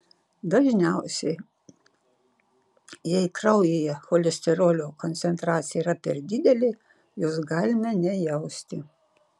dažniausiai jei kraujyje cholesterolio koncentracija yra per didelė jos galime nejausti